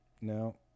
No